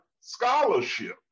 scholarship